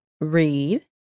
Read